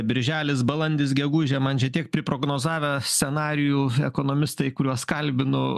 birželis balandis gegužė man čia tiek priprognozavę scenarijų ekonomistai kuriuos kalbinu